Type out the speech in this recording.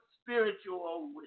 spiritual